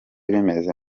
bimeze